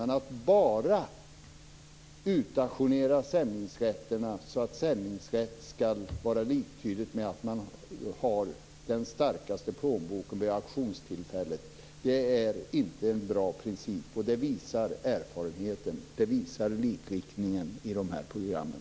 Men att bara utauktionera sändningsrätterna så att sändningsrätt skall vara liktydigt med att ha den starkaste plånboken vid auktionstillfället är inte en bra princip. Det visar erfarenheten, och det visar likriktningen i programmen.